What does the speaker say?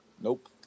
Nope